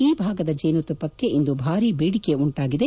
ಈ ಭಾಗದ ಜೇನುತುಪ್ಪಕ್ಕೆ ಇಂದು ಭಾರೀ ಬೇಡಿಕೆ ಉಂಟಾಗಿದೆ